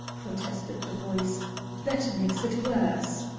protested the voice that makes it worse.